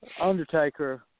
Undertaker